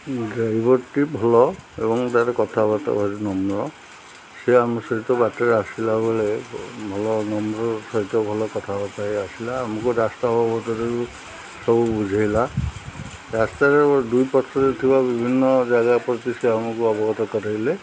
ଡ୍ରାଇଭରଟି ଭଲ ଏବଂ ତାର କଥାବାର୍ତ୍ତା ଭାରି ନମ୍ର ସେ ଆମ ସହିତ ବାଟରେ ଆସିଲା ବେଳେ ଭଲ ନମ୍ର ସହିତ ଭଲ କଥାବାର୍ତ୍ତା ହେଇକି ଆସିଲା ଆମକୁ ରାସ୍ତା ବାବତରେ ସବୁ ବୁଝେଇଲା ରାସ୍ତାରେ ଦୁଇ ପାର୍ଶ୍ୱରେ ଥିବା ବିଭିନ୍ନ ଜାଗା ପ୍ରତି ସେ ଆମକୁ ଅବଗତ କରେଇଲେ